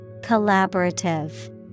Collaborative